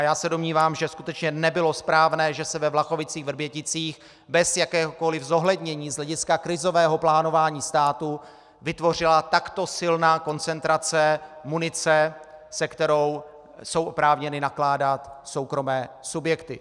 Já se domnívám, že skutečně nebylo správné, že se ve VlachovicíchVrběticích bez jakéhokoli zohlednění z hlediska krizového plánování státu vytvořila takto silná koncentrace munice, s kterou jsou oprávněny nakládat soukromé subjekty.